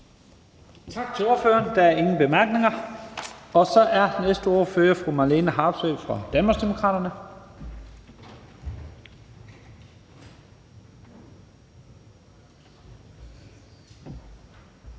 Tak til ordføreren. Der er ingen korte bemærkninger, og så er næste ordfører fru Marlene Harpsøe fra Danmarksdemokraterne.